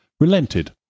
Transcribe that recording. relented